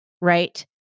right